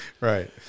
Right